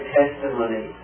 testimony